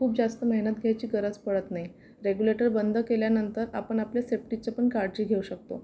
खूप जास्त मेहनत घ्यायची गरज पडत नाही रेग्युलेटर बंद केल्यानंतर आपण आपल्या सेफ्टीची पण काळजी घेऊ शकतो